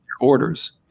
orders